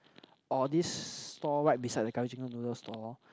or this stall right beside this curry chicken noodle stall